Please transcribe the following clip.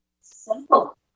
simple